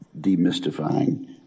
demystifying